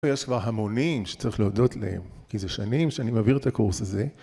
‫יש כבר המונים שצריך להודות להם, ‫כי זה שנים שאני מעביר את הקורס הזה.